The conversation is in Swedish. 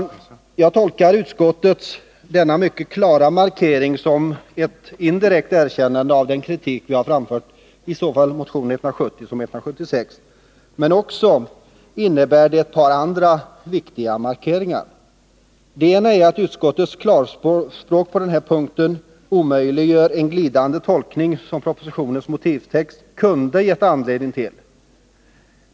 Jag tolkar utskottets mycket klara markering som ett indirekt erkännande av den kritik som vi har framfört i såväl motion 170 som motion 176. Det finns också ett par andra viktiga markeringar. Den ena är att utskottets klarspråk på denna punkt omöjliggör en glidande tolkning, som propositionens motivtext kunde ha gett anledning till.